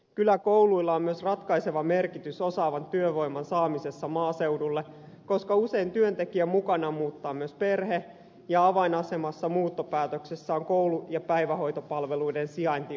kyläkouluilla on myös ratkaiseva merkitys osaavan työvoiman saamisessa maaseudulle koska usein työntekijän mukana muuttaa myös perhe ja avainasemassa muuttopäätöksessä on koulu ja päivähoitopalveluiden sijainti omalla kylällä